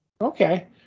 okay